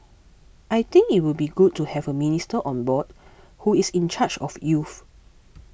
I think it will be good to have a minister on board who is in charge of youth